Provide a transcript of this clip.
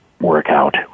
workout